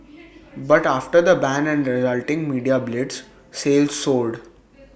but after the ban and resulting media blitz sales soared